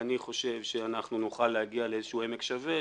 אני חושב שאנחנו נוכל להגיע לאיזשהו עמק שווה,